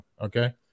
okay